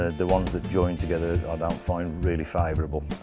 ah the ones that join together i don't find really favourable.